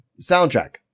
Soundtrack